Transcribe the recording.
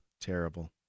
Terrible